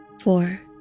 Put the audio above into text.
Four